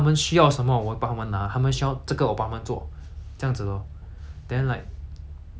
这样子 lor then like going through this during my fifteen years of life hor